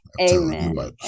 Amen